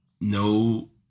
No